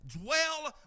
dwell